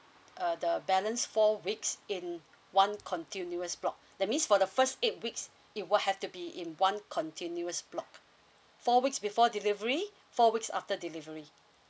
uh the balance four weeks in one continuous block that means for the first eight weeks it will have to be in one continuous block four weeks before delivery four weeks after delivery